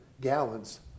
gallons